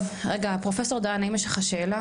רגע פרופסור דהן האם יש לך שאלה?